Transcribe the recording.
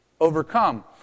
overcome